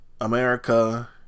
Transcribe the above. America